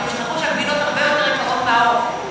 רק שהם שכחו שהגבינות הרבה יותר יקרות מהעוף.